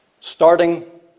Starting